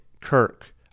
Kirk